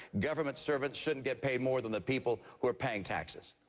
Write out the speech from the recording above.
government servants shouldn't get paid more than the people who are paying taxes.